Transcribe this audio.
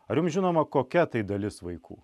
ar jums žinoma kokia tai dalis vaikų